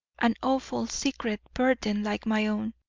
an awful, secret burden like my own,